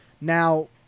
Now